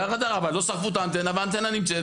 אבל לא שרפו את האנטנה והאנטנה נמצאת